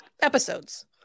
Episodes